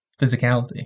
physicality